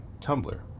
Tumblr